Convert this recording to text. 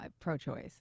pro-choice